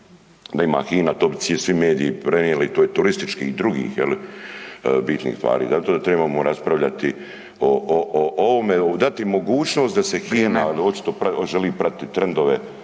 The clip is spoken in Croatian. da ima HINA, to bi svi mediji prenijeli, to je turističkih i dr. bitnih stvari. Zato trebamo raspravljati o ovome, dati mogućnost da se HINA, očito želi pratit trendove,